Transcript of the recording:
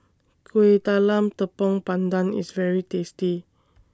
Kueh Talam Tepong Pandan IS very tasty